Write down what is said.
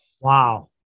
Wow